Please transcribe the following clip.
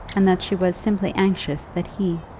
and that she was simply anxious that he,